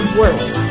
works